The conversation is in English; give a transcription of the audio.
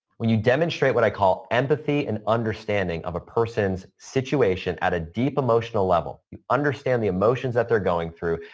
when you demonstrate what i call empathy and understanding of a person's situation at a deep emotional level, you understand the emotions that they're going through,